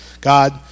God